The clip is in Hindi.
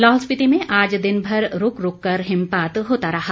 लाहौल स्पीति में आज दिन भर रूक रूक हिमपात होता रहा